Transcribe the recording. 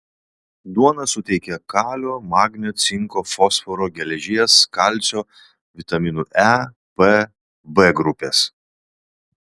duona suteikia kalio magnio cinko fosforo geležies kalcio vitaminų e p b grupės